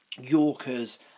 yorkers